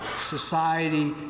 society